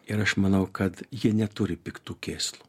ir aš manau kad jie neturi piktų kėslų